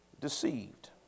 deceived